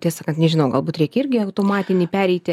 tiesą sakant nežinau galbūt reikia irgi automatinį pereiti